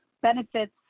benefits